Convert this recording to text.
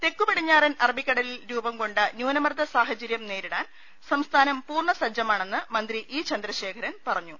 തെക്ക് പടിഞ്ഞാറൻ അറബിക്കടലിൽ രൂപം കൊണ്ട ന്യൂന മർദ്ദ സാഹചര്യം നേരിടാൻ സംസ്ഥാനം പൂർണ്ണ സജ്ജമാണെന്ന് മന്ത്രി ഇ ചന്ദ്രശേഖരൻ പറഞ്ഞു